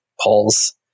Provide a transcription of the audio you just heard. polls